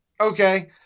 Okay